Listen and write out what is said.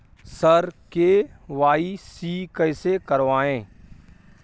sir KYC कैसे करवाएं